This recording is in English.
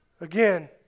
Again